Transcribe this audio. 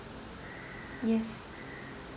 yes